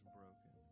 broken